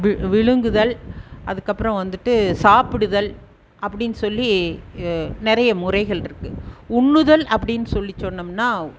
விழ் விழுங்குதல் அதுக்கப்புறம் வந்துட்டு சாப்பிடுதல் அப்படின்னு சொல்லி நிறைய முறைகளிருக்கு உண்ணுதல் அப்படின் சொல்லி சொன்னோம்னா